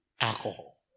alcohol